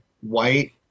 white